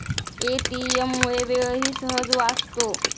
ATM मुळे वेळही सहज वाचतो